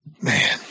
man